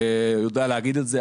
יודע להגיד את זה.